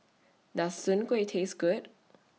Does Soon Kuih Taste Good